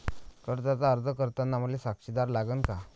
कर्जाचा अर्ज करताना मले साक्षीदार लागन का?